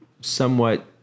somewhat